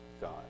God